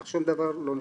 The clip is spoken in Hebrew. אך שום דבר לא נשלח.